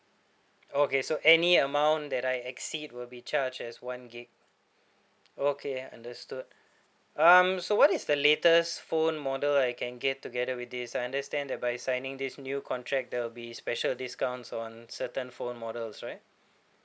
okay so any amount that I exceed will be charged as one gig okay understood um so what is the latest phone model I can get together with this I understand that by signing this new contract there will be special discounts on certain phone models right